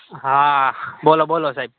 હા બોલો બોલો સાહેબ